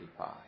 35